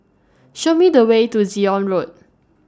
Show Me The Way to Zion Road